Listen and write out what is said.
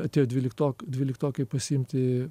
atėjo dvyliktok dvyliktokai pasiimti